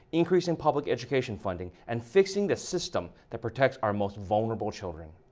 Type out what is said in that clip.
increasing public education funding and fixing the system that protects our most vulnerable children.